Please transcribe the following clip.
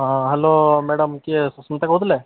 ହଁ hello madam କିଏ ସୁସ୍ମିତା କହୁଥିଲେ